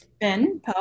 Ben